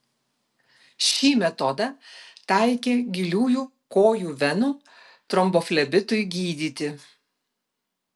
šį metodą taikė giliųjų kojų venų tromboflebitui gydyti